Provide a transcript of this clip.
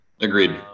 Agreed